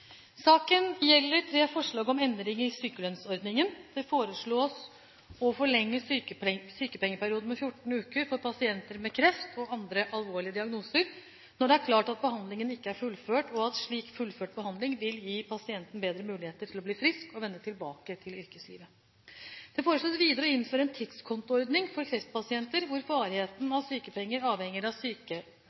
Saken gjelder tre forslag om endringer i sykelønnsordningen. Det foreslås å forlenge sykepengeperioden med 14 uker for pasienter med kreft og andre alvorlige diagnoser når det er klart at behandlingen ikke er fullført, og at slik fullført behandling vil gi pasienten bedre muligheter til å bli frisk og vende tilbake til yrkeslivet. Det foreslås videre å innføre en tidskontoordning for kreftpasienter hvor varigheten av sykepenger avhenger av